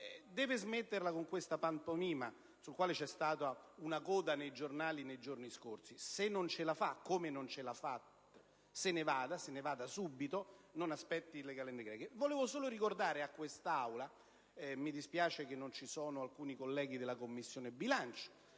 deve smetterla con questa pantomima, di cui c'è stata una coda sui giornali dei giorni scorsi: se non ce la fa, come è evidente, se ne vada subito, e non aspetti le calende greche. Vorrei solo ricordare a quest'Assemblea - mi dispiace che non ci sono alcuni colleghi della Commissione bilancio,